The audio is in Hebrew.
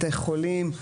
בתי חולים,